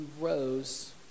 rose